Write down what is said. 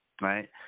right